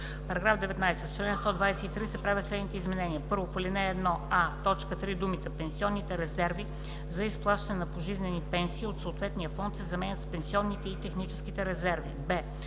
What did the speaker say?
§ 19: „§ 19. В чл. 123 се правят следните изменения: 1. В ал. 1: а) в т. 3 думите „пенсионните резерви за изплащане на пожизнени пенсии от съответния фонд“ се заменят с „пенсионните и техническите резерви“.